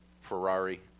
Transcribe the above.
Ferrari